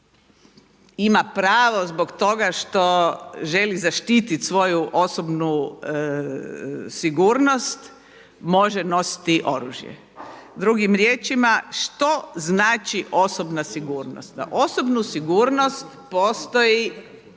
ima pravo zbog toga što želi zaštititi svoju osobnu sigurnost može nositi oružje. Drugim riječima, što znači osobna sigurnost? Za osobnu sigurnost postoji